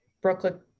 brooklyn